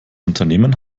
unternehmen